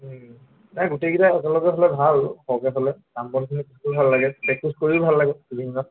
নাই গোটেইকেইটা একেলগে হ'লে ভাল সৰহকৈ হ'লে কাম বনখিনি কৰি ভাল লাগে প্ৰেক্টিছ কৰি ভাল লাগে ইভিণিঙত